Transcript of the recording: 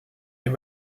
est